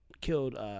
killed